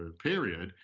period,